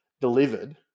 delivered